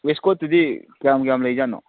ꯋꯦꯁꯀꯣꯠꯇꯨꯗꯤ ꯀꯌꯥꯝ ꯀꯌꯥꯝ ꯂꯩꯖꯥꯠꯅꯣ